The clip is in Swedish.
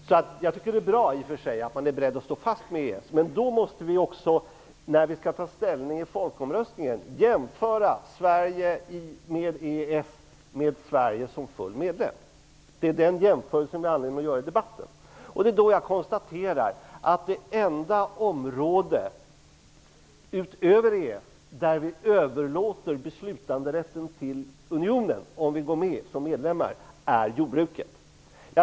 Det är alltså bra att man är beredd att hålla fast vid EES-avtalet. Men då måste vi också vid ställningstagandet i folkomröstningen jämföra Sverige, med ett EES avtal, med Sverige som fullvärdig medlem. Det är den jämförelsen vi har anledning att göra i debatten. Jag konstaterar då att det enda område, utöver EES, där vi överlåter beslutanderätten till unionen, om vi går med som medlemmar, är jordbruket.